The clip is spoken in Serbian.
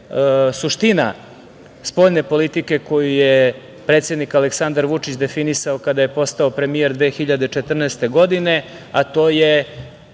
suština spoljne politike koju je predsednik Aleksandar Vučić definisao kada je postao premijer 2014. godine, a to je